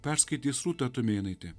perskaitys rūta tumėnaitė